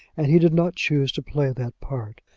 and he did not choose to play that part.